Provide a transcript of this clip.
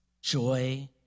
joy